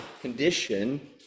condition